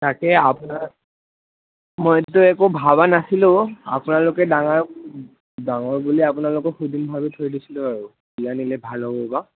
তাকে আপোনাৰ মইতো একো ভবা নাছিলোঁ আপোনালোকে ডাঙৰ ডাঙৰ বুলি আপোনালোকক সুধিম ভাবি থৈ দিছিলোঁ আৰু কি আনিলে ভাল হ'ব বা